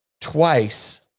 twice